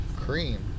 Cream